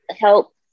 help